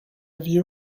view